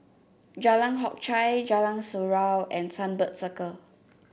Jalan Hock Chye Jalan Surau and Sunbird Circle